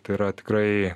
tai yra tikrai